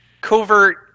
covert